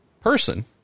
Person